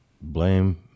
blame